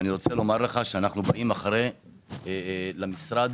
ואנחנו באים למשרד